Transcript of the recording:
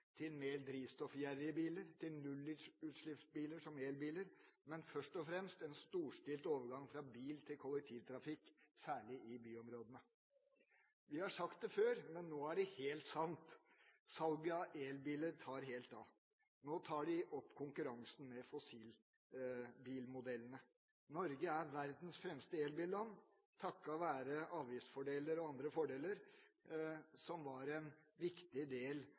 til mer drivstoffgjerrige biler, til nullutslippsbiler som elbiler, men først og fremst en storstilt overgang fra bil til kollektivtrafikk, særlig i byområdene. Vi har sagt det før, men nå er det helt sant: Salget av elbiler tar helt av. Nå tar de opp konkurransen med fossilbilmodellene. Norge er verdens fremste elbilland takket være avgiftsfordeler og andre fordeler som var en viktig del